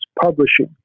Publishing